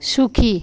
সুখী